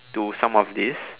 to some of this